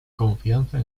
confianza